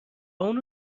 اونو